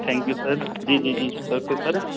thank you sir جی جی جی اٹس اوکے سر